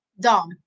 Dom